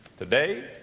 today